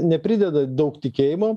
neprideda daug tikėjimo